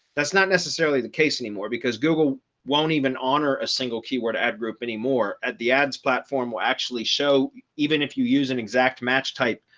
that's not necessarily the case anymore, because google won't even honor a single keyword ad group anymore at the ads platform will actually show even if you use an exact match type.